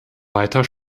weiter